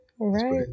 right